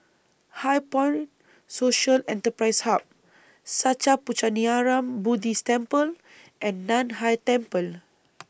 HighPoint Social Enterprise Hub Sattha Puchaniyaram Buddhist Temple and NAN Hai Temple